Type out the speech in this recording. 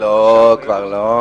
לא, כבר לא.